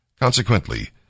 Consequently